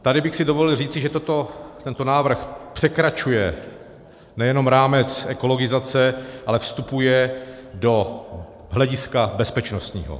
Tady bych si dovolil říct, že tento návrh překračuje nejenom rámec ekologizace, ale vstupuje do hlediska bezpečnostního.